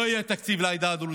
לא יהיה תקציב לעדה הדרוזית.